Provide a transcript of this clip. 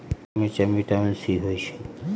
ललका मिरचाई में विटामिन सी होइ छइ